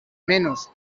menos